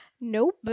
nope